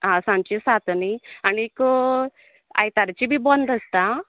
आह सांचें सात नी आणीकं आयतारची बी बंद आसता